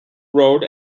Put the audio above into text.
road